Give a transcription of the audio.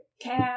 cab